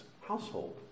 household